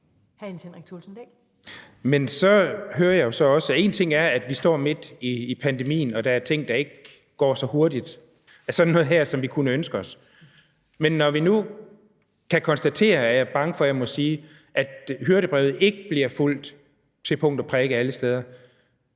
Men så hører jeg jo så også, at én ting er, at vi står midt i pandemien, og at der er ting, der ikke går så hurtigt, altså sådan noget her, som vi kunne ønske os. Men når vi nu kan konstatere – det er jeg bange for at jeg må sige – at hyrdebrevet ikke bliver fulgt til punkt og prikke alle steder,